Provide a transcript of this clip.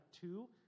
two